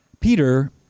Peter